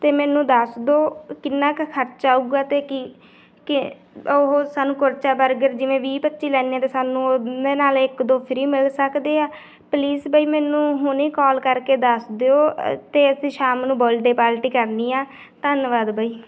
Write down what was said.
ਅਤੇ ਮੈਨੂੰ ਦੱਸ ਦਿਓ ਕਿੰਨਾ ਕੁ ਖਰਚਾ ਆਵੇਗਾ ਅਤੇ ਕਿ ਕਿ ਉਹ ਸਾਨੂੰ ਕੁਰਚਾ ਬਰਗਰ ਜਿਵੇਂ ਵੀਹ ਪੱਚੀ ਲੈਂਦੇ ਤਾਂ ਸਾਨੂੰ ਉਹਦੇ ਨਾਲ ਇੱਕ ਦੋ ਫ੍ਰੀ ਮਿਲ ਸਕਦੇ ਆ ਪਲੀਜ਼ ਬਈ ਮੈਨੂੰ ਹੁਣੇ ਕਾਲ ਕਰਕੇ ਦੱਸ ਦਿਓ ਅਤੇ ਅਸੀਂ ਸ਼ਾਮ ਨੂੰ ਬਲਡੇ ਪਾਲਟੀ ਕਰਨੀ ਆ ਧੰਨਵਾਦ ਬਈ